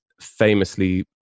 famously